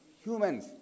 humans